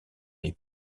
les